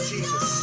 Jesus